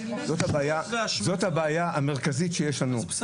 זאת הבעיה המרכזית שיש לנו.